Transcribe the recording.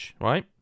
right